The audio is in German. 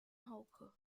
hauke